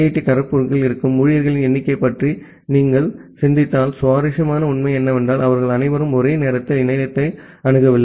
D காரக்பூருக்குள் இருக்கும் ஊழியர்களின் எண்ணிக்கை பற்றி நீங்கள் சிந்தித்தால் சுவாரஸ்யமான உண்மை என்னவென்றால் அவர்கள் அனைவரும் ஒரே நேரத்தில் இணையத்தை அணுகவில்லை